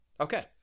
okay